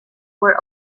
were